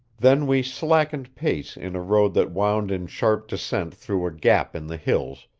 then we slackened pace in a road that wound in sharp descent through a gap in the hills,